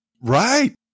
Right